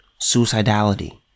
suicidality